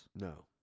No